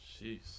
Jeez